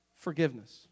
Forgiveness